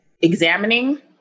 examining